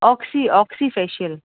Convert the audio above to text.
oxy oxy facial